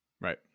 Right